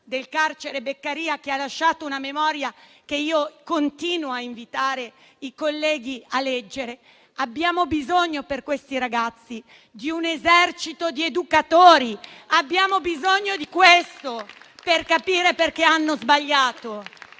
del carcere Beccaria, che ha lasciato una memoria che continuo a invitare i colleghi a leggere: abbiamo bisogno per questi ragazzi di un esercito di educatori; abbiamo bisogno di questo per capire perché hanno sbagliato.